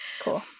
Cool